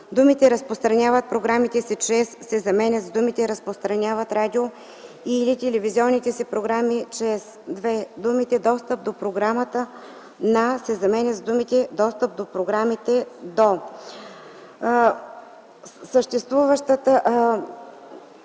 Думите „разпространяват програмите си чрез” се заменят с думите „разпространяват радио- и/или телевизионните си програми чрез”. 2. Думите „достъп до програмата на” се заменят с думите „достъп до програмите до”.”